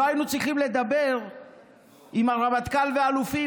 לא היינו צריכים לדבר עם הרמטכ"ל והאלופים,